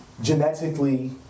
genetically